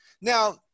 Now